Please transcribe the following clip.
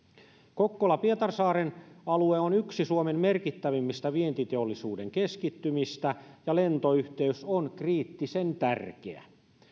kokkolan pietarsaaren alue on yksi suomen merkittävimmistä vientiteollisuuden keskittymistä ja lentoyhteys on kriittisen tärkeä